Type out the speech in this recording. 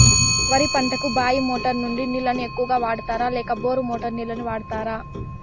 వరి పంటకు బాయి మోటారు నుండి నీళ్ళని ఎక్కువగా వాడుతారా లేక బోరు మోటారు నీళ్ళని వాడుతారా?